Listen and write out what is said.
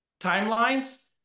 Timelines